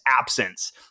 absence